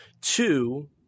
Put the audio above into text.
Two